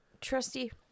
trusty